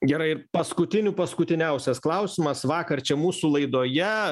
gerai paskutinių paskutiniąsias klausimas vakar čia mūsų laidoje